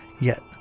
Yet